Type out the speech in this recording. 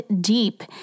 deep